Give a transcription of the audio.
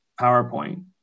powerpoint